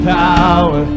power